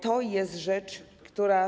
To jest rzecz, która.